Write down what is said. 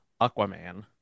Aquaman